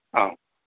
ആം